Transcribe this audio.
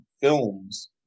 films